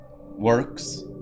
works